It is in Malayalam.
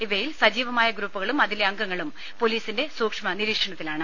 ഇവയിൽ സജീവമായ ഗ്രൂപ്പുകളും അതിലെ അംഗങ്ങളും പൊലീസിന്റെ സൂക്ഷ്മ നിരീക്ഷണത്തിലാണ്